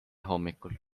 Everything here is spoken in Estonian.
hommikul